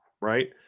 Right